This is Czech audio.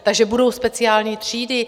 Takže budou speciální třídy?